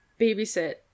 babysit